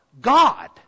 God